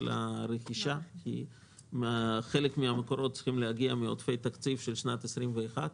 לרכישה כי חלק מן המקורות צריכים להגיע מעודפי תקציב של שנת 21,